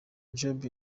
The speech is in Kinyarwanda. job